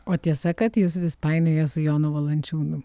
o tiesa kad jus vis painioja su jonu valančiūnu